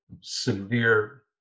severe